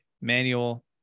manual